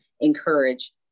encourage